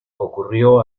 ocurrió